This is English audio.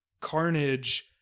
Carnage